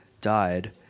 died